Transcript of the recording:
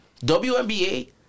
WNBA